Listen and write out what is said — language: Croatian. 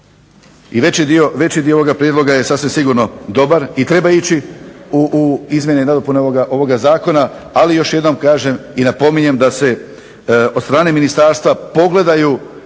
i veći dio ovoga prijedloga je sasvim sigurno dobar i treba ići u izmjene i nadopune ovoga zakona, ali još jednom kažem i napominjem da se od strane ministarstva pogledaju